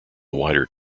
wider